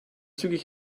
zügig